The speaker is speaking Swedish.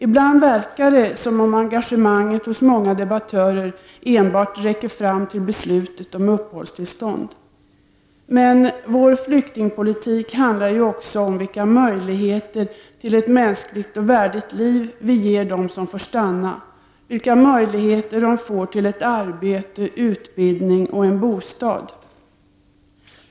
Ibland förefaller det som om engagemanget hos många debattörer enbart räcker fram till beslutet om uppehållstillstånd. Men vår flyktingpolitik handlar ju också om vilka möjligheter till ett mänskligt och värdigt liv vi ger dem som får stanna och vilka möjligheter de har att få ett arbete eller utbildning och en bostad.